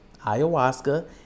ayahuasca